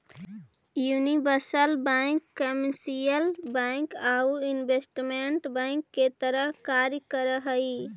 universal bank commercial bank आउ investment bank के तरह कार्य कर हइ